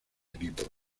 equipos